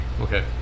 Okay